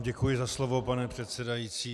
Děkuji vám za slovo, pane předsedající.